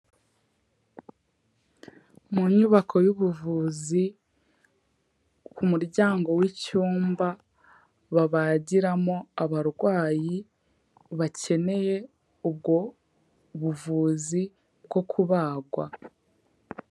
Mu nyubako y'ubuvuzi ku muryango w'icyumba babagiramo abarwayi bakeneye ubwo buvuzi bwo kubagwa.